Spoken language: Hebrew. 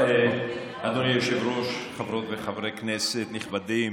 אדוני היושב-ראש, חברות וחברי כנסת נכבדים,